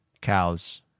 Cows